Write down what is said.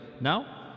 now